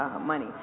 money